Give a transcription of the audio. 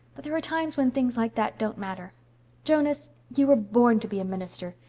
but there are times when things like that don't matter jonas, you were born to be a minister.